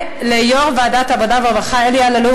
וליושב-ראש ועדת העבודה והרווחה אלי אלאלוף,